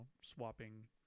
swapping